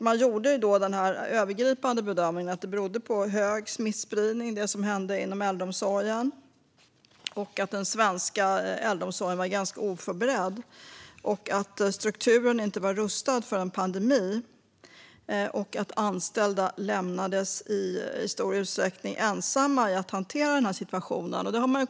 Man gjorde den övergripande bedömningen att det som hände inom äldreomsorgen berodde på hög smittspridning, att den svenska äldreomsorgen var oförberedd, att strukturen inte var rustad för en pandemi och att anställda i stor utsträckning lämnades ensamma i att hantera situationen.